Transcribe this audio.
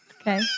Okay